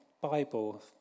Bible